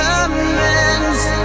amends